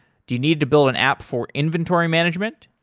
do you need to build an app for inventory management?